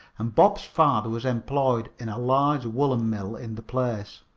and bob's father was employed in a large woolen mill in the place.